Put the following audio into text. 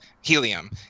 helium